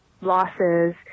losses